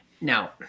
Now